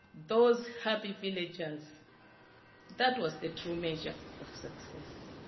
those happy villagers that was the true measure of success.